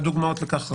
והדוגמאות לכך רבות.